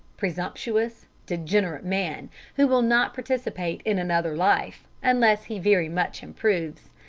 presumptuous, degenerate man who will not participate in another life, unless he very much improves.